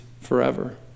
forever